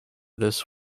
this